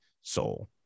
Soul